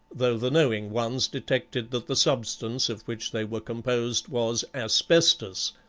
though the knowing ones detected that the substance of which they were composed was asbestos,